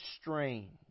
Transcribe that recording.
strange